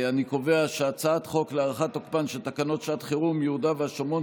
אני קובע שהצעת חוק להארכת תוקפן של תקנות שעת חירום (יהודה והשומרון,